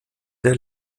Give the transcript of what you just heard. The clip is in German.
der